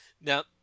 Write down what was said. Now